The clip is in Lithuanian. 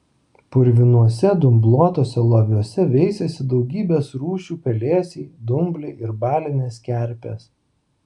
purvinuose dumbluotuose loviuose veisėsi daugybės rūšių pelėsiai dumbliai ir balinės kerpės